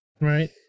Right